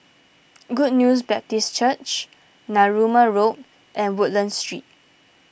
Good News Baptist Church Narooma Road and Woodlands Street